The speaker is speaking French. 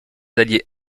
alliés